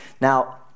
Now